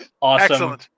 awesome